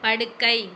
படுக்கை